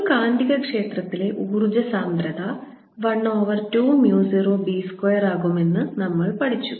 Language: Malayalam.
ഒരു കാന്തികക്ഷേത്രത്തിലെ ഊർജ്ജ സാന്ദ്രത 1 ഓവർ 2 mu 0 B സ്ക്വയറാകുമെന്ന് നമ്മൾ പഠിച്ചു